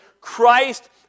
Christ